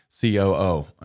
COO